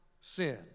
sin